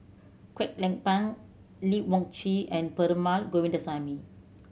Kwek Leng Beng Lee Wung Yew and Perumal Govindaswamy